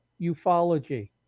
ufology